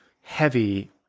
heavy